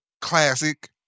Classic